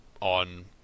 on